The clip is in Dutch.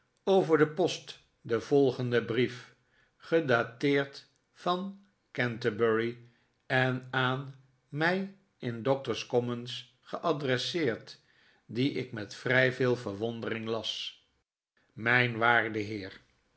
over de post den volgenden brief gedateerd van canterbury en aan mij in doctor's commons geadresseerd dien ik met vrij veel verwondering las mijn waarde heer